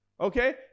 Okay